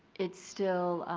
it's still,